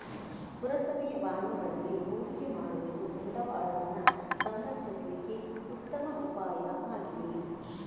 ಪುರಸಭೆಯ ಬಾಂಡುಗಳಲ್ಲಿ ಹೂಡಿಕೆ ಮಾಡುದು ಬಂಡವಾಳವನ್ನ ಸಂರಕ್ಷಿಸ್ಲಿಕ್ಕೆ ಉತ್ತಮ ಉಪಾಯ ಆಗಿದೆ